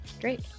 great